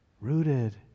Rooted